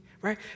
right